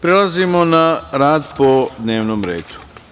Prelazimo na rad po dnevnom redu.